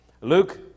Luke